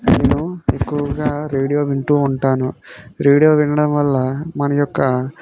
నేను ఎక్కువగా రేడియో వింటూ ఉంటాను రేడియో వినడం వల్ల మన యొక్క